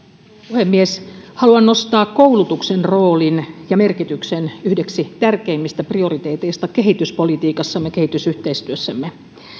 puhemies haluan nostaa koulutuksen roolin ja merkityksen yhdeksi tärkeimmistä prioriteeteista kehityspolitiikassamme kehitysyhteistyössämme